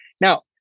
Now